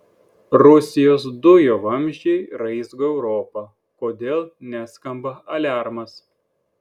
rusijos dujų vamzdžiai raizgo europą kodėl neskamba aliarmas